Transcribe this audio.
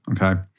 okay